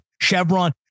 Chevron